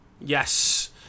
Yes